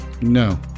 No